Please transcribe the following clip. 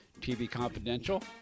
tvconfidential